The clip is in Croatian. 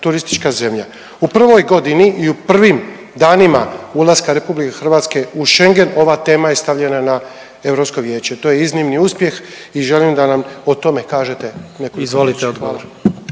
turistička zemlja. U prvoj godini i u prvim danima ulaska RH u Schengen ova tema je stavljena na Europsko vijeće, to je iznimni uspjeh i želim da nam o tome kažete nekoliko riječi, hvala.